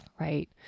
right